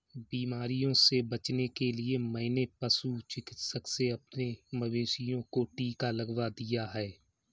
बीमारियों से बचने के लिए मैंने पशु चिकित्सक से अपने मवेशियों को टिका लगवा दिया है